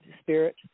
spirit